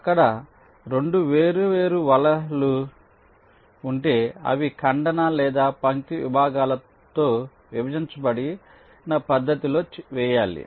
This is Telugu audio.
అక్కడ 2 వేర్వేరు వలలు ఉంటే అవి ఖండన లేని పంక్తి విభాగాలతో విభజించబడిన పద్ధతిలో వేయాలి